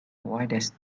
wildest